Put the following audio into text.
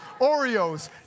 Oreos